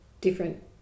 different